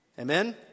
Amen